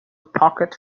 pocket